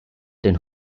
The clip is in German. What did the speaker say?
den